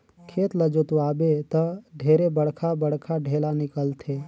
खेत ल जोतवाबे त ढेरे बड़खा बड़खा ढ़ेला निकलथे